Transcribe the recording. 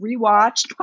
rewatched